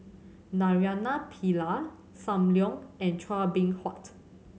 Naraina Pillai Sam Leong and Chua Beng Huat